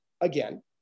again